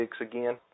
again